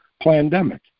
pandemic